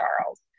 Charles